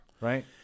right